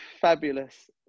fabulous